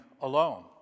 alone